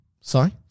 Sorry